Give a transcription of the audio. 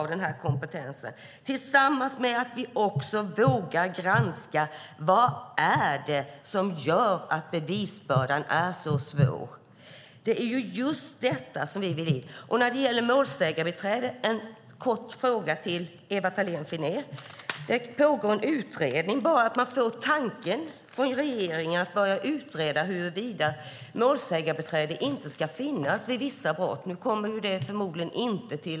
Dessutom måste vi våga granska vad det är som gör att bevisbördan är så svår. Det är det vi vill ha med. När det gäller målsägandebiträde har jag en kort fråga till Ewa Thalén Finné. Det pågår en utredning. Att regeringen ens får tanken att börja utreda huruvida målsägandebiträde ska finnas vid vissa brott eller inte är anmärkningsvärt.